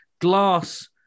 glass